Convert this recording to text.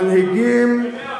במאה אחוז.